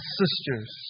sisters